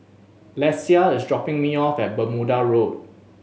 Lesia is dropping me off at Bermuda Road